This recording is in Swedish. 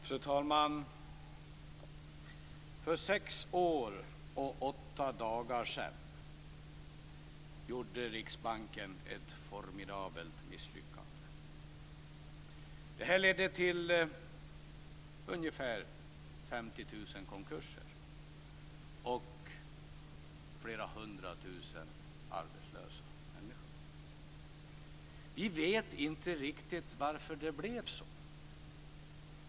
Fru talman! För sex år och åtta dagar sedan gjorde Riksbanken ett formidabelt misslyckande. Detta ledde till ungefär 50 000 konkurser och till flera hundra tusen arbetslösa människor. Vi vet inte riktigt varför det blev så.